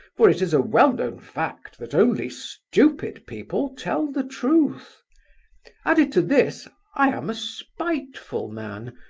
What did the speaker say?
for it is a well-known fact that only stupid people tell the truth added to this, i am a spiteful man,